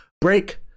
break